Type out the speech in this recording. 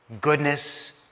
goodness